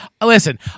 Listen